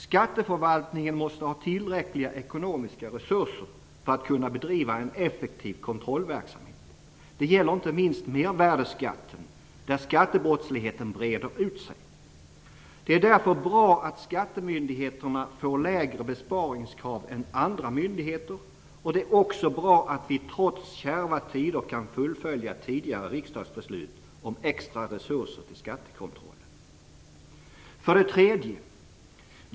Skatteförvaltningen måste ha tillräckliga ekonomiska resurser för att kunna bedriva en effektiv kontrollverksamhet. Det gäller inte minst mervärdesskatten, där skattebrottsligheten breder ut sig. Det är därför bra att skattemyndigheterna får lägre besparingskrav än andra myndigheter. Det är också bra att vi trots kärva tider kan fullfölja tidigare riksdagsbeslut om extra resurser till skattekontrollen. 3.